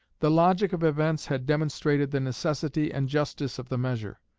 the logic of events had demonstrated the necessity and justice of the measure,